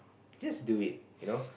just do it you know